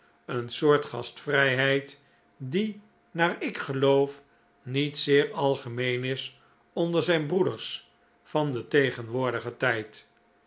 een soort gastvrijheid die naar ik geloof niet zeer algemeen is onder zijn breeders van den tegenwoordigen tijd